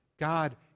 God